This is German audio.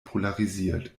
polarisiert